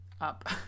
up